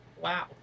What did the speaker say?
wow